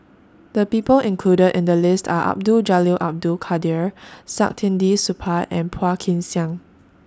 The People included in The list Are Abdul Jalil Abdul Kadir Saktiandi Supaat and Phua Kin Siang